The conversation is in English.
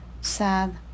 sad